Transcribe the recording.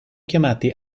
chiamati